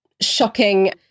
shocking